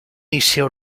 encheu